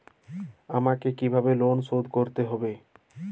আমাকে কিভাবে লোন শোধ করতে হবে?